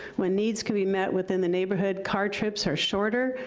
when needs can be met within the neighborhood, car trips are shorter,